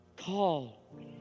call